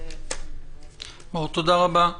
תודה רבה.